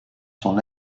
son